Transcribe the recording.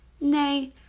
nay